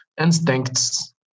instincts